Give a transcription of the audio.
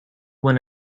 win